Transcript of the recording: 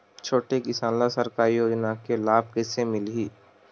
छोटे किसान ला सरकारी योजना के लाभ कइसे मिलही?